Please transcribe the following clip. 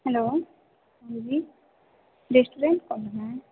hello जी restaurant पर है